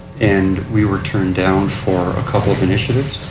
and we were turned down for a couple of initiatives.